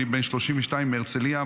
אני בן 32 מהרצליה,